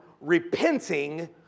repenting